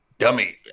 Dummy